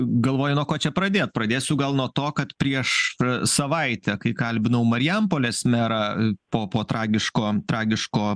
galvoju nuo ko čia pradėt pradėsiu gal nuo to kad prieš savaitę kai kalbinau marijampolės merą po po tragiško tragiško